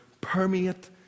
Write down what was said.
permeate